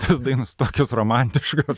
tos dainos tokios romantiškos